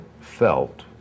felt